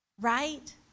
right